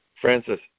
Francis